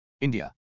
India